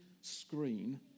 screen